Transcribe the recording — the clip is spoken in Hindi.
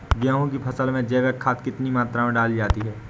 गेहूँ की फसल में जैविक खाद कितनी मात्रा में डाली जाती है?